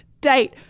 date